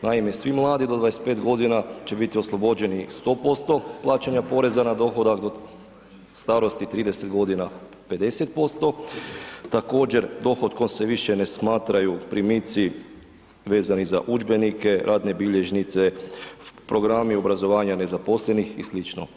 Naime, svi mladi do 25 g. će biti oslobođeni 100% plaćanja poreza na dohodak starosti 30 g. 50%, također dohotkom se više ne smatraju primici vezani za udžbenike, radne bilježnice, programi obrazovanja nezaposlenih i sl.